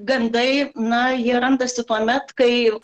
gandai na jie randasi tuomet kai